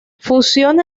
funciona